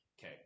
okay